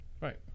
right